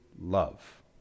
love